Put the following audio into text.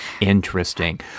Interesting